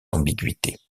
ambiguïtés